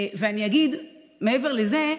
אני אגיד מעבר לזה: